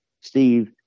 Steve